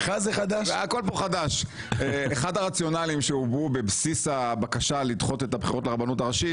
אחד הרציונלים שהיו בבסיס הבקשה לדחות את הבחירות לרבנות הראשית,